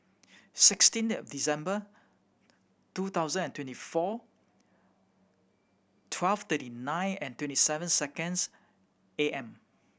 sixteen of December two thousand and twenty four twelve thirty nine and twenty seven seconds A M